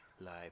life